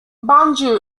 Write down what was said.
bangui